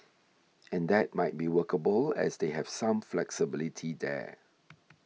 and that might be workable as they have some flexibility there